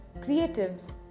creatives